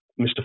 Mr